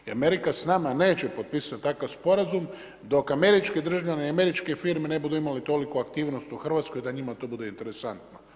Jer Amerika s nama neće potpisati takav sporazum, do američki državljani i američke firme ne budu imali toliku aktivnost u Hrvatskoj da njima to bude interesantno.